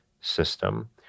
system